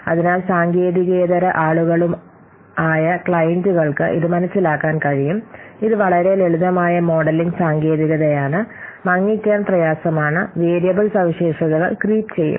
അതിനാൽ സാങ്കേതികേതര ആളുകളായ ക്ലയന്റുകൾക്ക് ഇത് മനസ്സിലാക്കാൻ കഴിയും ഇത് വളരെ ലളിതമായ മോഡലിംഗ് സാങ്കേതികതയാണ് മങ്ങിക്കാൻ പ്രയാസമാണ് വേരിയബിൾ സവിശേഷതകൾ ക്രീപ് ചെയ്യും